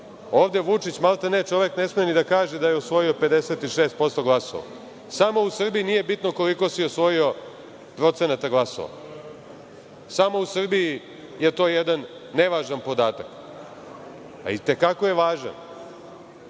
Ovde Vučić maltene čovek ne sme ni da kaže da je osvojio 56% glasova. Samo u Srbiji nije bitno koliko si osvojio procenata glasova. Samo u Srbiji je to jedan nevažan podatak, a i te kako je važan.